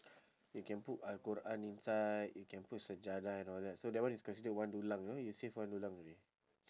you can put uh al-quran inside you can put sejadah and all that so that one is considered one dulang you know you save one dulang already